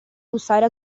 bussare